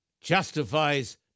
justifies